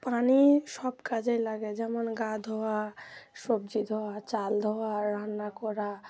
পানি সব কাজেই লাগে যেমন গা ধোয়া সবজি ধোয়া চাল ধোয়া রান্না করা